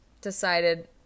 decided